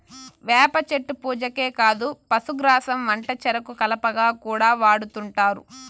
వేప చెట్టు పూజకే కాదు పశుగ్రాసం వంటచెరుకు కలపగా కూడా వాడుతుంటారు